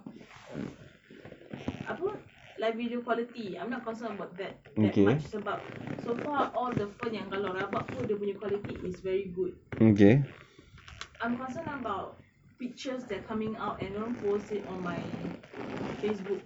apa live video quality I'm not concerned about that that much sebab so far all the phone kalau yang rabak pun dia punya quality is very good I'm concerned about pictures that coming out and gonna post it on my facebook